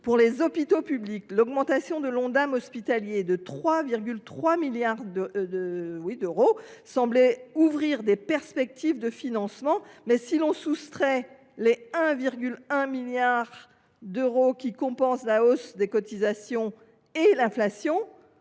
Pour les hôpitaux publics, l’augmentation de l’Ondam hospitalier de 3,3 milliards d’euros semblait ouvrir des perspectives de financement. Toutefois, si l’on en soustrait la somme de 1,1 milliard d’euros, qui vient compenser la hausse des cotisations et l’inflation,